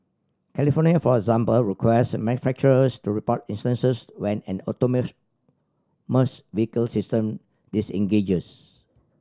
California for example requires manufacturers to report instances when an vehicle system disengages